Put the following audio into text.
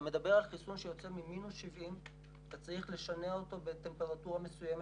אתה מדבר על חיסון שיוצא ממינוס 70. אתה צריך לשנע אותו בטמפרטורה מסוימת.